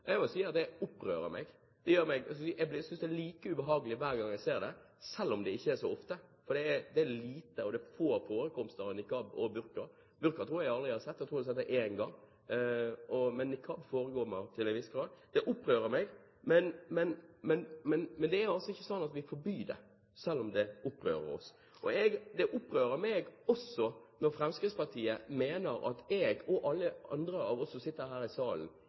Jeg vil si at det opprører meg. Jeg synes det er like ubehagelig hver gang jeg ser det, selv om det ikke er så ofte, for det er få forekomster av niqab og burka. Burka tror jeg jeg har sett én gang, men niqab forekommer til en viss grad. Det opprører meg, men det er altså ikke sånn at vi vil forby det, selv om det opprører oss. Det opprører meg også når Fremskrittspartiet mener at jeg og alle andre av oss som sitter her i salen,